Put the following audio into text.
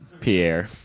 Pierre